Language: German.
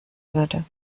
würde